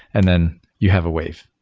and then you have a wave.